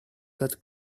that